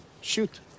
Shoot